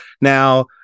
now